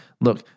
Look